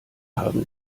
haben